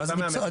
אתה מאמץ אותה.